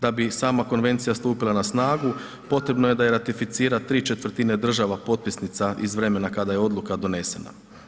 Da bi sama konvencija stupila na snagu, potrebno je da je ratificira ¾ država potpisnica iz vremena kada je odluka donesena.